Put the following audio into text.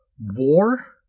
war